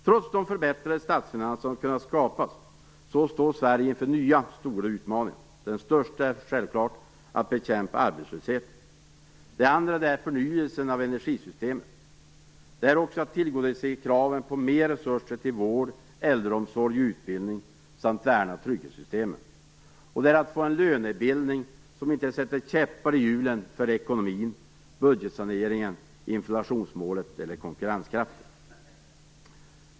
Trots de förbättrade statsfinanser som kunnat skapas, står Sverige inför nya stora utmaningar. Den största är självfallet att bekämpa arbetslösheten. Det är förnyelsen av energisystemet. Det är också att tillgodose kraven på mer resurser till vård, äldreomsorg och utbildning samt att värna trygghetssystemen. Det är att få en lönebildning som inte sätter käppar i hjulen för ekonomin, budgetsaneringen, inflationsmålet eller konkurrenskraften.